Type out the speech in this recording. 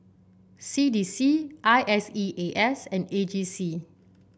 C D C I S E A S and A G C